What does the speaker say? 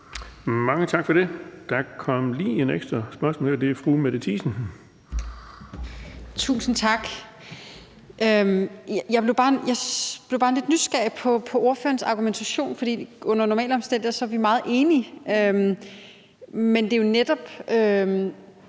Mange tak for det. Der kom lige et ekstra spørgsmål. Det er fra fru Mette Thiesen. Kl. 20:17 Mette Thiesen (DF): Tusind tak. Jeg blev bare lidt nysgerrig på ordførerens argumentation, for under normale omstændigheder er vi meget enige. Det, at